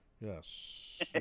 Yes